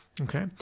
okay